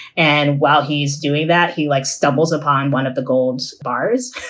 and while he's doing that, he, like, stumbles upon one of the gold bars.